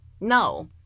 No